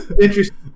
Interesting